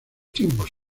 tiempos